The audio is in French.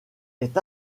est